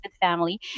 family